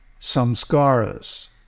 samskaras